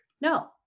No